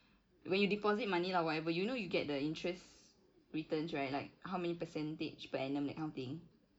when you deposit money lah whatever you know you get the interest returns right like how many percentage per annum that kind of thing